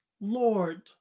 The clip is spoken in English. lord